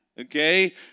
okay